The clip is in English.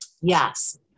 Yes